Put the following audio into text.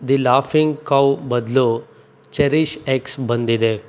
the laughing cow ಬದಲು ಚೆರಿಷ್ಎಕ್ಸ್ ಬಂದಿದೆ